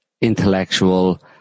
intellectual